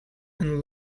and